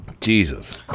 Jesus